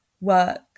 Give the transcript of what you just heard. work